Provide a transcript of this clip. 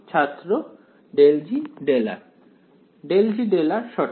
ছাত্র ∂G∂r ∂G∂r সঠিক